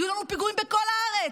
יהיה לנו פיגועים בכל הארץ.